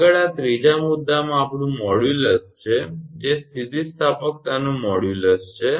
આગળ આ ત્રીજા મુદ્દામાં આપણું મોડ્યુલસ છે જે સ્થિતિસ્થાપકતાનું મોડ્યુલસ છે